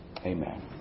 Amen